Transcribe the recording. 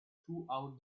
throughout